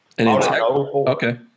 Okay